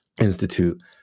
Institute